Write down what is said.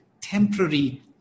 temporary